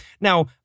now